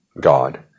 God